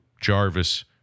Jarvis